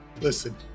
Listen